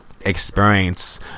experience